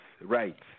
rights